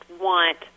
want